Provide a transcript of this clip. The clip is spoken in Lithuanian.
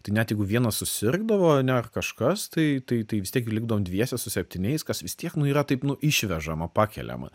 tai net jeigu vienas susirgdavo ane kažkas tai tai tai vistiek likdavom dviese su septyniais kas vis tiek nu yra taip nu išvežama pakeliama